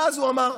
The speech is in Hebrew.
ואז הוא אמר: